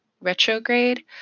Retrograde